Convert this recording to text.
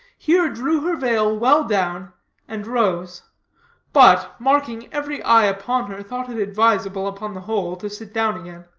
here drew her veil well down and rose but, marking every eye upon her, thought it advisable, upon the whole, to sit down again.